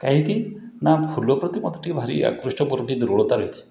କାଇଁକି ନା ଫୁଲ ପ୍ରତି ମୋତେ ଟିକିଏ ଭାରି ଆକୃଷ୍ଟ ମୋର ଟିକିଏ ଦୁର୍ବଳତା ରହିଛି